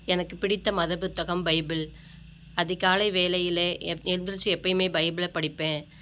எனக்குப் பிடித்த மதப்புத்தகம் பைபிள் அதிகாலை வேளையிலே எப் எழுந்திர்ச்சி எப்போயுமே பைபிளை படிப்பேன்